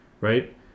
right